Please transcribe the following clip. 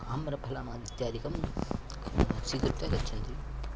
आम्रफलम् इत्यादिकं स्वीकृत्य गच्छन्ति